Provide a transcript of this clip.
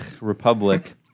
Republic